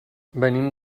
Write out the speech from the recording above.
venim